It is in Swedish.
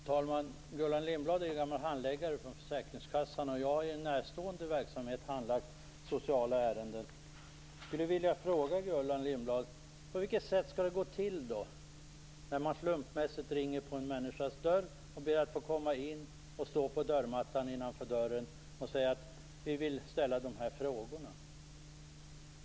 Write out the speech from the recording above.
Fru talman! Gullan Lindblad är ju gammal handläggare från försäkringskassan och jag har i en närstående verksamhet handlagt sociala ärenden. Jag skulle vilja fråga Gullan Lindblad hur det skall gå till när man slumpmässigt ringer på en människas dörr och ber att få komma in. Sedan står man på dörrmattan innanför dörren och säger att man vill ställa några frågor.